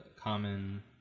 common